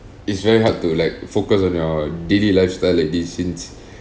it's very hard to like focus on your daily lifestyle like this since